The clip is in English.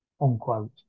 Unquote